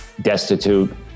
destitute